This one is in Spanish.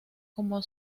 como